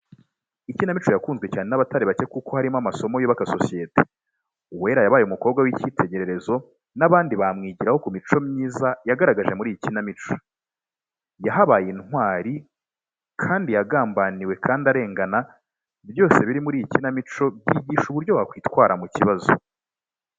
Ikinamico yakunzwe cyane n'abatari bake kuko harimo amasomo yubaka sosiyete. Uwera yabaye umukobwa w'ikitegererezo n'abandi bamwigiraho ku mico myiza, yagaragaje muri iyi kinamico. Yahabaye intwari kandi yagambaniwe kandi arengana, byose biri muri iyi kinamico byigisha uburyo wakwitwara mu kibazo.